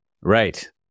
right